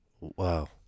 Wow